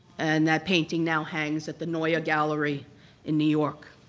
and that painting now hangs at the neue ah gallery in new york.